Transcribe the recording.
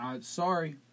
sorry